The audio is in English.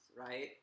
right